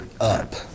up